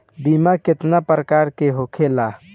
बीमा केतना प्रकार के होखे ला?